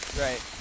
Right